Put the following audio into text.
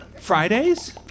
Fridays